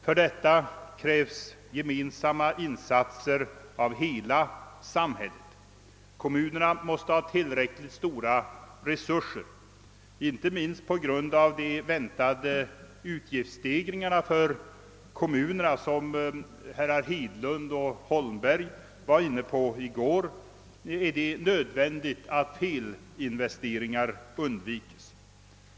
För detta kräves gemensamma insatser av hela samhället. Kommunerna måste ha tillräckligt stora resurser. Inte minst med hänsyn till de väntade utgiftsstegringarna för kommu nerna, som herr Hedlund och herr Holmberg i går var inne på, är det nödvändigt att felinvesteringar undvikes.